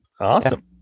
Awesome